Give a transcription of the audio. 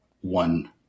one